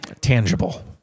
tangible